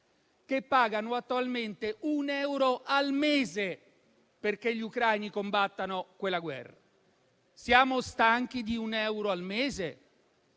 che pagano attualmente un euro al mese perché gli ucraini combattano quella guerra. Siamo stanchi di un euro al mese?